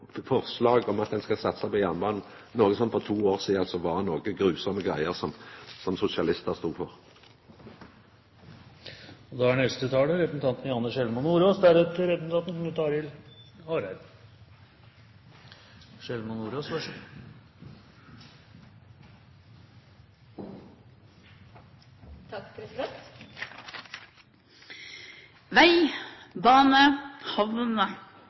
forslag om at ein skal satsa på jernbanen, noko som for to år sidan var nokre grufulle greier som sosialistar stod for. Vei, bane, havner, bredbånd, mobiltelefon – alt dette er